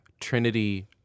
Trinity